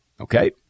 Okay